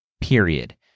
period